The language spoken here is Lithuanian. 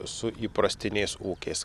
su įprastiniais ūkiais